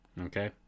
okay